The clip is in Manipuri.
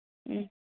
ꯎꯝ